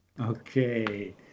okay